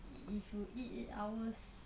if you eat eight hours